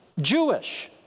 Jewish